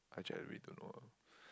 actually I really don't know lah